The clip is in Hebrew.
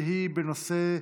בנושא: